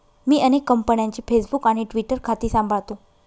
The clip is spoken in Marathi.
मी अनेक कंपन्यांची फेसबुक आणि ट्विटर खाती सांभाळतो